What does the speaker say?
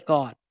God